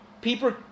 People